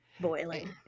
boiling